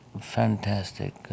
fantastic